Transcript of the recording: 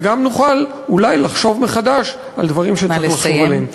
וגם נוכל אולי לחשוב מחדש על דברים שצריך לחשוב עליהם.